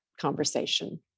conversation